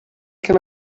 can